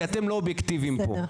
כי אתם לא אובייקטיביים פה,